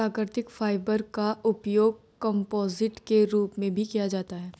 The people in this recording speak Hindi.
प्राकृतिक फाइबर का उपयोग कंपोजिट के रूप में भी किया जाता है